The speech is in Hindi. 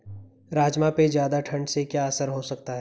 राजमा पे ज़्यादा ठण्ड से क्या असर हो सकता है?